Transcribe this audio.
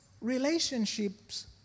relationships